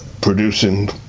producing